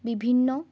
বিভিন্ন